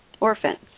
orphans